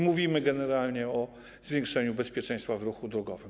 Mówimy generalnie o zwiększeniu bezpieczeństwa w ruchu drogowym.